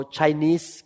Chinese